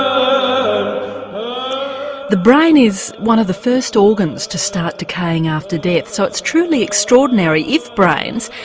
um the brain is one of the first organs to start decaying after death, so it's truly extraordinary if brains,